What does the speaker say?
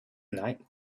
night